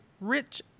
rich